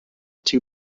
two